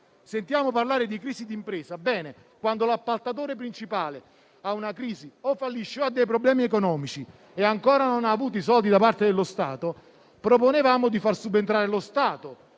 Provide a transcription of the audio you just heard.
sentiamo parlare di crisi di impresa ma, quando l'appaltatore principale ha una crisi o fallisce o ha dei problemi economici e non ha avuto ancora i soldi da parte dello Stato, proponevamo di far subentrare lo Stato